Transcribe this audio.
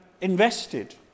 invested